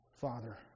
Father